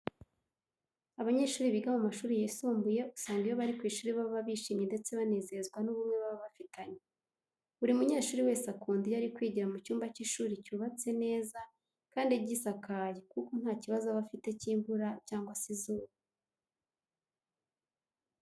Abanyeshuri biga mu mashuri yisumbuye usanga iyo bari ku ishuri baba bishimye ndetse banezezwa n'ubumwe baba bafitanye. Buri munyeshuri wese akunda iyo ari kwigira mu cyumba cy'ishuri cyubatse neza kandi gisakaye kuko nta kibazo aba afite cy'imvura cyangwa se izuba.